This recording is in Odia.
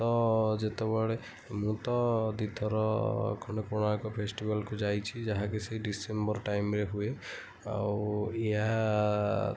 ତ ଯେତେବେଳେ ମୁଁ ତ ଦୁଇଥର ଖଣ୍ଡେ କୋଣାର୍କ ଫେଷ୍ଟିଭାଲ୍କୁ ଯାଇଛି ଯାହାକି ସେଇ ଡ଼ିସେମ୍ବର୍ ଟାଇମ୍ରେ ହୁଏ ଆଉ ଏହା